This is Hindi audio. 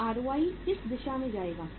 अब आरओआई किस दिशा में जाएगा